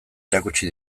erakutsi